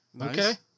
Okay